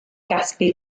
gasglu